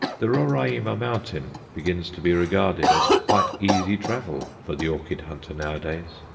the roraima mountain begins to be regarded as quite easy travel for the orchid-hunter nowadays.